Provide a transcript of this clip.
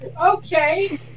Okay